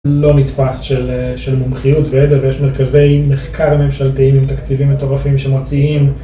לא נתפס של מומחיות וידע, ויש מרכזי מחקר ממשלתיים עם תקציבים מטורפים שמוציאים